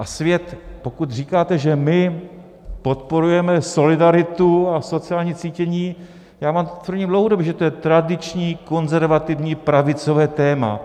A svět, pokud říkáte, že my podporujeme solidaritu a sociální cítění, já vám tvrdím dlouhodobě, že to je tradiční konzervativní pravicové téma.